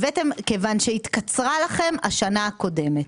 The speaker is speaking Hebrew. כיוון שהתקצרה לכם השנה הקודמת.